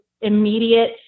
immediate